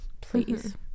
please